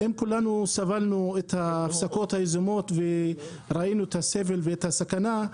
כולנו סבלנו מההפסקות היזומות וראינו את הסבל והסכנה,